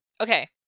Okay